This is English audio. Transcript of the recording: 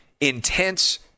intense